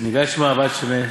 נגד שמא אבד שמא,